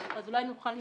אז אולי נוכל להגיב?